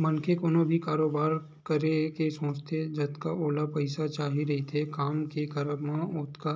मनखे कोनो भी कारोबार करे के सोचथे जतका ओला पइसा चाही रहिथे काम के करब म ओतका